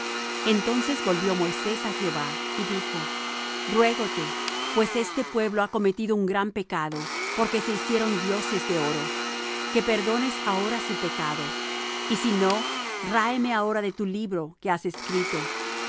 entonces volvió moisés á jehová y dijo ruégote pues este pueblo ha cometido un gran pecado porque se hicieron dioses de oro que perdones ahora su pecado y si no ráeme ahora de tu libro que has escrito